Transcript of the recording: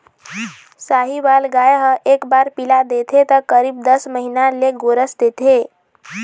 साहीवाल गाय ह एक बार पिला देथे त करीब दस महीना ले गोरस देथे